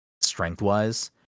strength-wise